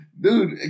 Dude